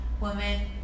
woman